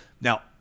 now